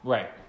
Right